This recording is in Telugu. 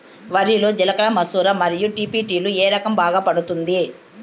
వరి లో జిలకర మసూర మరియు బీ.పీ.టీ లు ఏ రకం బాగా పండుతుంది